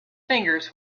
fingers